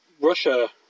Russia